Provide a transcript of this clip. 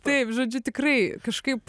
taip žodžiu tikrai kažkaip